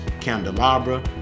candelabra